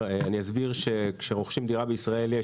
כשרוכשים דירה בישראל,